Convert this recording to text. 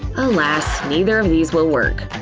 alas, neither of these will work.